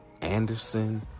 Anderson